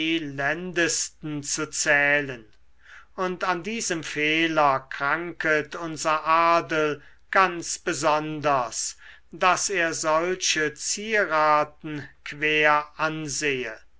elendesten zu zählen und an diesem fehler kranket unser adel ganz besonders daß er solche zieraten quer ansehe